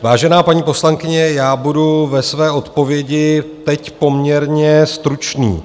Vážená paní poslankyně, já budu ve své odpovědi teď poměrně stručný.